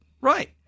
Right